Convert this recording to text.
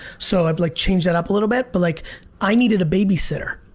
so i've like changed that up a little bit. but like i needed a babysitter.